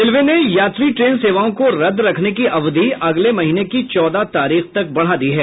railway ने यात्री train सेवाओं को रद्द रखने की अवधि अगले महीने की चौदह तारीख तक बढ़ा दी है